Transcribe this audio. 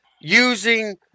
using